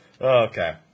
Okay